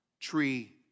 tree